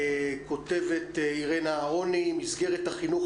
כותבת אירנה אהרוני: מסגרת החינוך